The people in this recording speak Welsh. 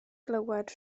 glywed